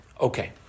Okay